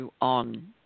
on